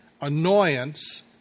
annoyance